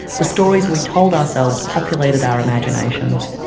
the stories we told ourselves populated our imaginations,